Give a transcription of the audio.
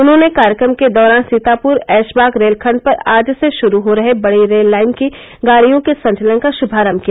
उन्होंने कार्यक्रम के दौरान सीतापुर ऐशबाग रेलखण्ड पर आज से शुरू हो रहे बड़ी लाइन की गाड़ियों के संचलन का शुभारम्म किया